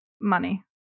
money